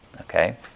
Okay